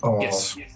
Yes